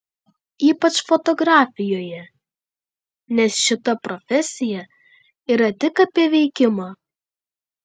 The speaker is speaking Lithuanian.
ypač fotografijoje nes šita profesija yra tik apie veikimą